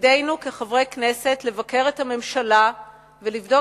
ותפקדנו כחברי הכנסת לבקר את הממשלה ולבדוק